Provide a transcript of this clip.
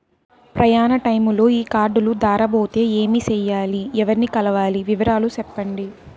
ప్రయాణ టైములో ఈ కార్డులు దారబోతే ఏమి సెయ్యాలి? ఎవర్ని కలవాలి? వివరాలు సెప్పండి?